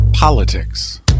Politics